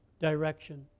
direction